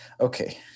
Okay